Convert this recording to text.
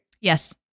Yes